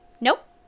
Nope